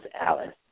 Alice